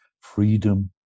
freedom